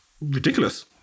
ridiculous